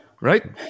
right